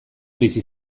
bizi